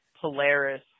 Polaris